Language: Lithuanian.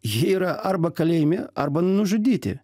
jie yra arba kalėjime arba nužudyti